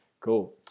Cool